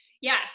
Yes